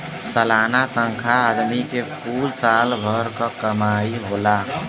सलाना तनखा आदमी के कुल साल भर क कमाई होला